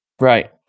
Right